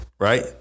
Right